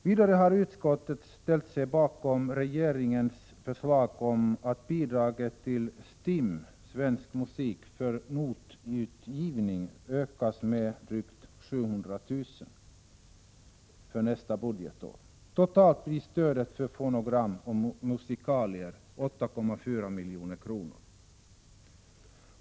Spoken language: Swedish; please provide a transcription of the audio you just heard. Vidare har utskottet ställt sig bakom regeringens förslag att bidraget till STIM/Svensk musik för notutgivning ökas med drygt 700 000 kr. för nästa budgetår. Totalt blir stödet för fonogram och musikalier 8,4 milj.kr.